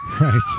Right